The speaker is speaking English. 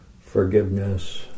forgiveness